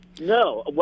No